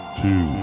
two